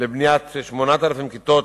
לבניית 8,000 כיתות